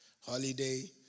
Holiday